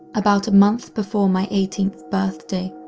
about a month before my eighteenth birthday,